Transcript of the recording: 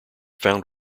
found